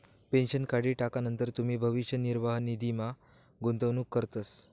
pension काढी टाकानंतर तुमी भविष्य निर्वाह निधीमा गुंतवणूक करतस